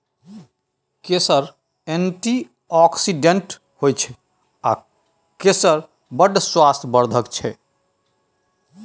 केसर एंटीआक्सिडेंट होइ छै आ केसर बड़ स्वास्थ्य बर्धक छै